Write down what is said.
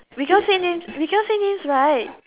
we can't say names we can't say names right